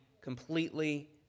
completely